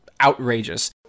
outrageous